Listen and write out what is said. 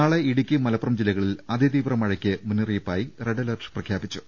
നാളെ ഇടുക്കി മലപ്പുറം ജില്ലകളിൽ അതിതീവ്ര മഴയ്ക്ക് മുന്നറിയിപ്പായി റെഡ് അലർട്ട് പ്രഖ്യാപിച്ചു